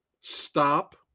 stop